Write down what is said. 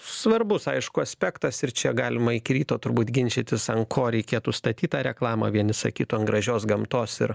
svarbus aišku aspektas ir čia galima iki ryto turbūt ginčytis ant ko reikėtų statyt tą reklamą vieni sakytų ant gražios gamtos ir